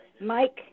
Mike